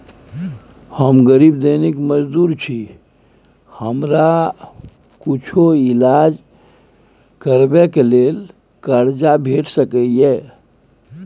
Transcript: हम गरीब दैनिक मजदूर छी, हमरा कुछो ईलाज करबै के लेल कर्जा भेट सकै इ?